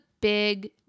big